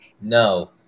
No